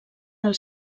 del